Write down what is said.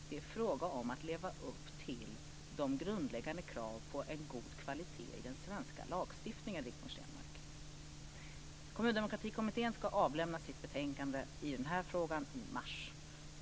Det är fråga om att leva upp till de grundläggande kraven på en god kvalitet i den svenska lagstiftningen, Rigmor Stenmark. Kommundemokratikommittén ska avlämna sitt betänkande i den här frågan i mars.